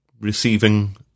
receiving